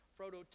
Frodo